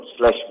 slash